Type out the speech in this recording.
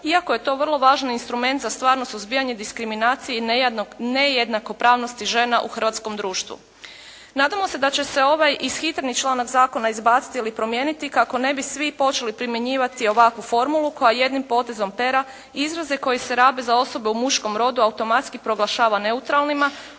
iako je to vrlo važan instrument za stvarno suzbijanje diskriminacije i nejednakopravnosti žena u hrvatskom društvu. Nadamo se da će se ovaj ishitreni članak zakona izbaciti ili promijeniti kako ne bi svi počeli primjenjivati ovakvu formulu koja jednim potezom pera izraze koji se rabe za osobe u muškom rodu automatski proglašava neutralnima,